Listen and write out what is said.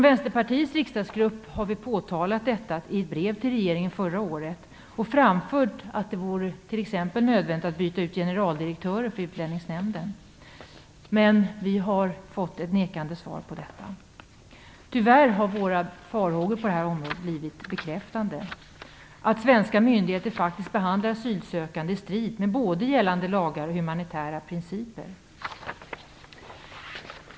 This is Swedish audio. Vänsterpartiets riksdagsgrupp har påtalat detta i ett brev till regeringen förra året. Vi framförde där att det vore nödvändigt att byta ut generaldirektören för Utlänningsnämnden, men vi har fått ett nekande svar på det. Tyvärr har våra farhågor på det här området blivit bekräftade: Svenska myndigheter behandlar faktiskt asylsökande på ett sätt som strider mot både gällande lagar och humanitära principer.